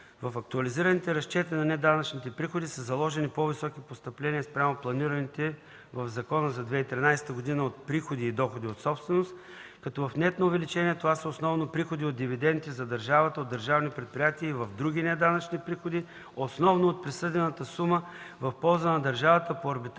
В актуализираните разчети на неданъчните приходи са заложени по-високи постъпления спрямо планираните със ЗДБРБ за 2013 г. от „приходи и доходи от собственост”, като в нетното увеличение това са основно приходи от дивиденти за държавата от държавни предприятия и в „други неданъчни приходи” – основно от присъдена сума в полза на държавата по арбитражно